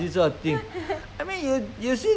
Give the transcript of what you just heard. I mean of course during the school holidays lah